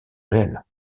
réels